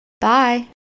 Bye